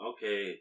Okay